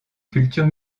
cultures